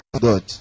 God